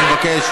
אני מבקש,